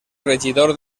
regidor